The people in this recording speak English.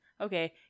Okay